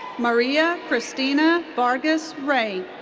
maria christina vargas rea.